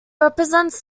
represents